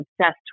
obsessed